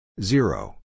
zero